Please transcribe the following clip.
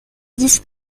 dix